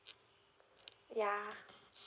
yeah